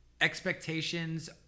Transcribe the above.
expectations